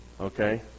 Okay